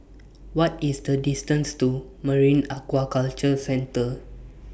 What IS The distance to Marine Aquaculture Centre